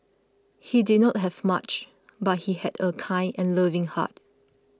he did not have much but he had a kind and loving heart